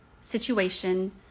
situation